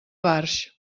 barx